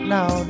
Now